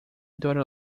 daughter